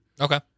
Okay